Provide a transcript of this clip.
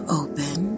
open